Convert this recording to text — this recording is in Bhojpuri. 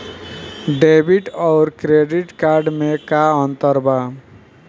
डेबिट आउर क्रेडिट कार्ड मे का अंतर बा?